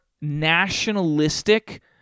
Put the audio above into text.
nationalistic